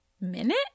minute